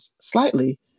slightly